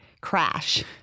crash